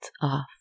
off